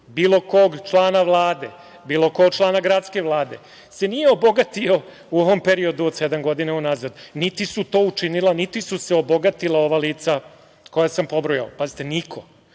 bilo kog člana Vlade, bilo kog člana gradske vlade se nije obogatio u ovom periodu od sedam godina unazad, niti su se obogatila ova lica koja sam pobrojao. Pazite, niko.